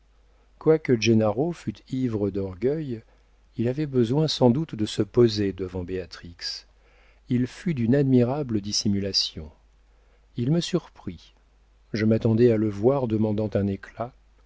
quoique gennaro fût ivre d'orgueil il avait besoin sans doute de se poser devant béatrix il fut d'une admirable dissimulation il me surprit je m'attendais à le voir demandant un éclat